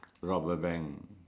rob a bank